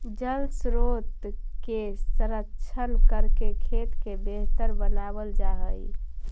जलस्रोत के संरक्षण करके खेत के बेहतर बनावल जा हई